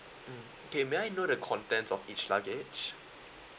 mm okay may I know the contents of each luggage